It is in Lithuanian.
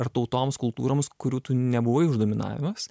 ar tautoms kultūroms kurių tu nebuvai už dominavęs